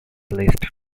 list